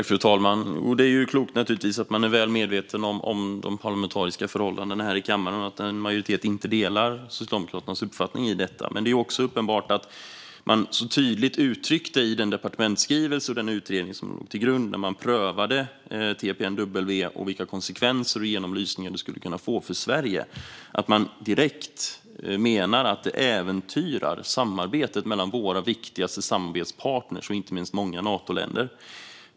Fru talman! Det är naturligtvis klokt att man är väl medveten om de parlamentariska förhållandena här i kammaren och att en majoritet inte delar Socialdemokraternas uppfattning i detta. Det är också uppenbart att man tydligt uttryckt och direkt menar i den departementsskrivelse och den utredning som låg till grund när man prövade TPNW och vilka konsekvenser och genomlysningar det skulle kunna få för Sverige att det äventyrar samarbetet mellan våra viktigaste samarbetspartner och inte minst många Natoländer.